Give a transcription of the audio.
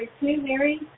Mary